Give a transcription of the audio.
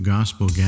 Gospel